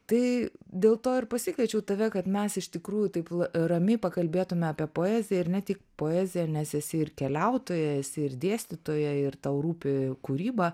tai dėl to ir pasikviečiau tave kad mes iš tikrųjų taip ramiai pakalbėtume apie poeziją ir ne tik poeziją nes esi ir keliautoja esi ir dėstytoja ir tau rūpi kūryba